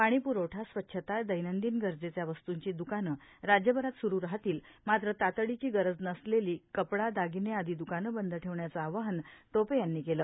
पाणीपुरवठा स्वच्छता दैनंदिन गरजेच्या वस्तुंची दुकानं राज्यभरात सुरू राहतील मात्र तातडीची गरज नसलेली कपडा दागिने आदी द्कानं बंद ठेवण्याचं आवाहन टोपे यांनी केलं